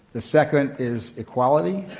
the second is equality,